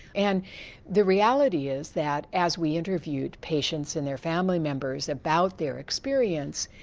and the reality is that as we interviewed patients and their family members about their experience,